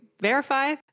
verify